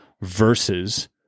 versus